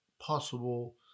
possible